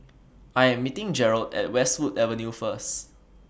I Am meeting Jerold At Westwood Avenue First